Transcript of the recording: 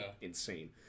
insane